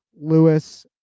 Lewis